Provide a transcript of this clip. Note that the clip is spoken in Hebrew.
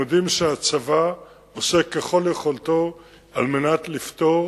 יודעים שהצבא עושה ככל יכולתו על מנת לפתור